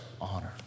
honor